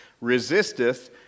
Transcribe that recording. resisteth